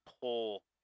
pull